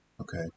Okay